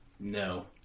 No